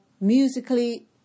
musically